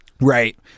Right